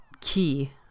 key